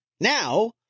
Now